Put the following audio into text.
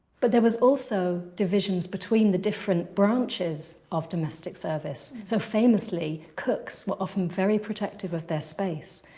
but there was also divisions between the different branches of domestic service. so, famously, cooks were often very protective of their space.